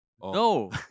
No